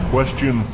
Question